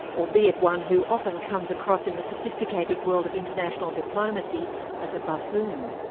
albeit one who often comes across in the sophisticated world of international diplomacy as a buffoon.